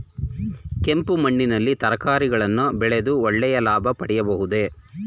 ಕೆಂಪು ಮಣ್ಣಿನಲ್ಲಿ ತರಕಾರಿಗಳನ್ನು ಬೆಳೆದು ಒಳ್ಳೆಯ ಲಾಭ ಪಡೆಯಬಹುದೇ?